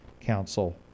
council